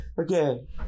Okay